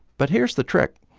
but here's the trick.